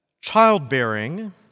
childbearing